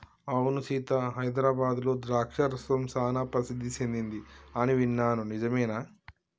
అవును సీత హైదరాబాద్లో ద్రాక్ష రసం సానా ప్రసిద్ధి సెదింది అని విన్నాను నిజమేనా